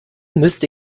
müsste